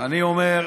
אני אומר,